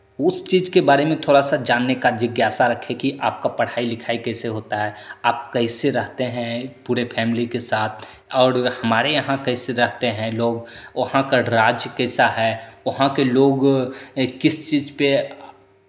उस चीज़ के बारे में थोड़ा सा जानने का जिज्ञासा रखें कि आपका पढ़ाई लिखाई कैसे होता है आप कैसे रहते हैं पूरे फ़ैमिली के साथ और हमारे यहाँ कैसे रहते हैं लोग वहाँ का राज्य कैसा है वहाँ के लोग किस चीज़ पे